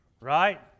right